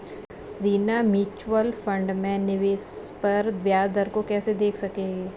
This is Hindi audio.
रीना म्यूचुअल फंड में निवेश पर ब्याज दर को कैसे देख सकेगी?